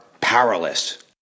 powerless